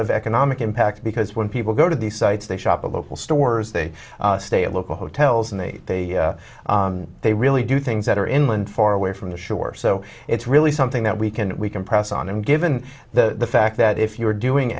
of economic impact because when people go to these sites they shop at local stores they stay at local hotels and they they really do things that are in line for away from the shore so it's really something that we can we can press on and given the fact that if you were doing